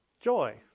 Joy